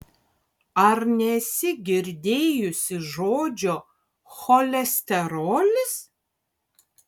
ar nesi girdėjusi žodžio cholesterolis